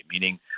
meaning